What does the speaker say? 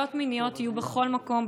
פגיעות מיניות יהיו בכל מקום,